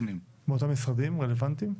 מאותם משרדים רלוונטיים.